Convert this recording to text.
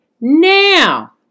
now